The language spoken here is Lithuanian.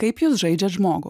kaip jūs žaidžiat žmogų